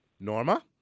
Norma